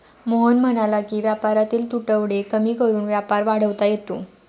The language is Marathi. मोहन म्हणाला की व्यापारातील तुटवडे कमी करून व्यापार वाढवता येतो